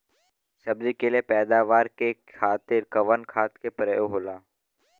सब्जी के लिए पैदावार के खातिर कवन खाद के प्रयोग होला?